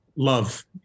love